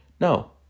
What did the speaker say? No